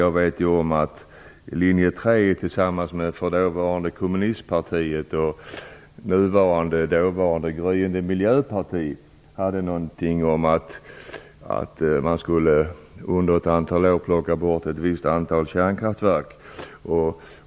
Jag vet att linje 3 med understöd av det dåvarande kommunistpartiet och det gryende Miljöpartiet ställde krav på att man under 15 år skulle avveckla ett visst antal kärnkraftverk.